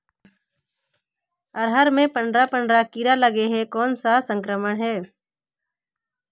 अरहर मे पंडरा पंडरा कीरा लगे हे कौन सा संक्रमण हे?